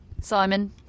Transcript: Simon